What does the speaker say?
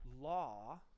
law